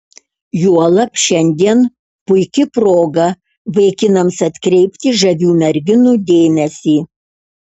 juolab šiandien puiki proga vaikinams atkreipti žavių merginų dėmesį